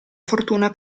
fortuna